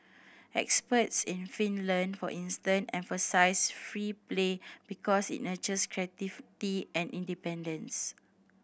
experts in Finland for instance emphasise free play because it nurtures creativity and independence